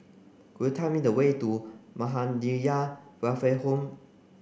could you tell me the way to Muhammadiyah Welfare Home